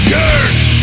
church